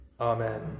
Amen